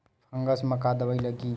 Fungus म का दवाई लगी?